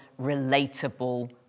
relatable